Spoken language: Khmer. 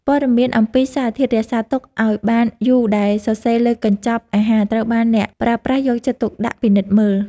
ព័ត៌មានអំពីសារធាតុរក្សាទុកឱ្យបានយូរដែលសរសេរលើកញ្ចប់អាហារត្រូវបានអ្នកប្រើប្រាស់យកចិត្តទុកដាក់ពិនិត្យមើល។